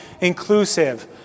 Inclusive